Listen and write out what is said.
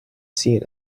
seen